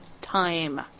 time